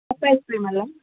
cup ice cream ಅಲ್ಲ